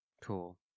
cool